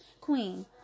queen